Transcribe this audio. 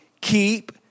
keep